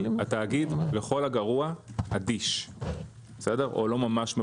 התאגיד לכול הגרוע אדיש או לא ממש רוצה.